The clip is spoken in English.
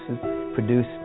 produce